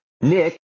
Nick